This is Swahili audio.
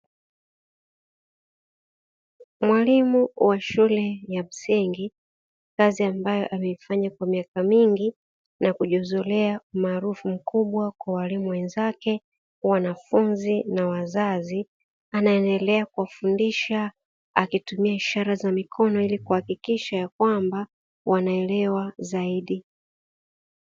Mwalimu wa shule ya msingi kazi ambayo ameifanya kwa miaka mingi na kujiuzulea umaarufu mkubwa kwa walimu wenzake wanafunzi na wazazi, anayeendelea kuwafundisha akitumia ishara za mikono ili kuhakikisha ya kwamba wanaelewa zaidi.